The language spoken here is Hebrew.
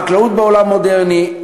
חקלאות בעולם המודרני,